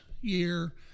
year